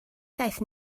ddaeth